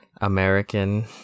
American